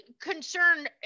concern